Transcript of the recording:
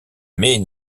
mais